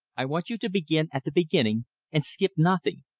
i want you to begin at the beginning and skip nothing.